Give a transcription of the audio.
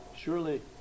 Surely